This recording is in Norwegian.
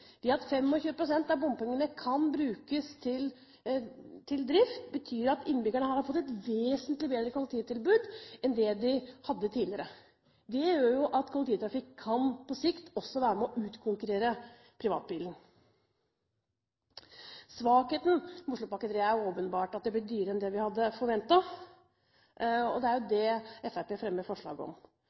Det at 25 pst. av bompengene kan brukes til drift, betyr at innbyggerne har fått et vesentlig bedre kollektivtilbud enn det de hadde tidligere. Det gjør at kollektivtrafikken på sikt kan være med på å utkonkurrere privatbilen. Svakheten med Oslopakke 3 er åpenbart at den ble dyrere enn det vi hadde forventet. Det er om det Fremskrittspartiet fremmer forslag.